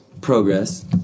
Progress